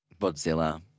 Godzilla